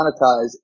monetize